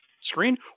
screen